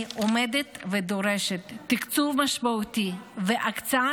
אני עומדת ודורשת תקצוב משמעותי והקצאת